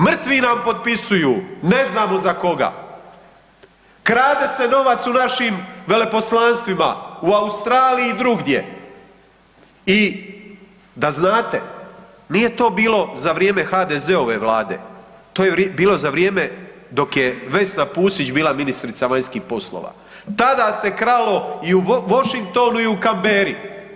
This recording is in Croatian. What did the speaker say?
Mrtvi nam potpisuju ne znamo za koga, krade se novac u našim veleposlanstvima u Australiji i drugdje i da znate nije to bilo za vrijeme HDZ-ove vlade, to je bilo za vrijeme dok je Vesna Pusić bila ministrica vanjskih poslova, tada se kralo i u Washingtonu i u Canberri.